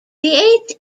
eighth